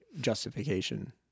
justification